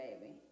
baby